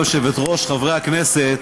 גברתי היושבת-ראש, חברי הכנסת,